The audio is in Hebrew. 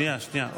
שנייה, שנייה.